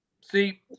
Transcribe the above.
See